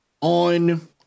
on